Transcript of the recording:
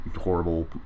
horrible